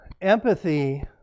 empathy